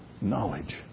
knowledge